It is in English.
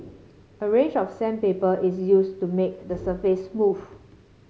a range of sandpaper is used to make the surface smooth